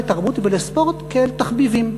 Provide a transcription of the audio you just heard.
לתרבות ולספורט כאל תחביבים.